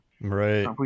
Right